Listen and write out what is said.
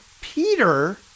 Peter